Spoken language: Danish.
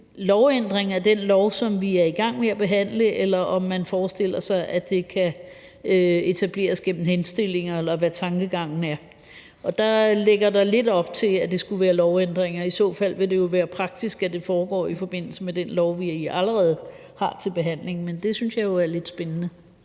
en lovændring af den lov, som vi er i gang med at behandle, eller om man forestiller sig, at det kan etableres gennem henstillinger, eller hvad tankegangen er. Og der lægges her lidt op til, at det skal være lovændringer, og i så fald vil det jo være praktisk, at det foregår i forbindelse med den lov, vi allerede har til behandling. Det synes jeg jo er lidt spændende.